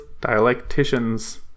dialecticians